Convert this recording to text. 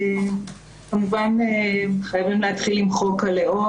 כמובן שחייבים להתחיל עם חוק הלאום.